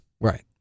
Right